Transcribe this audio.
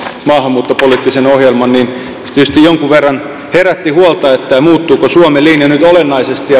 maahanmuuttopoliittisen ohjelman niin se tietysti jonkun verran herätti huolta siitä muuttuuko suomen linja nyt olennaisesti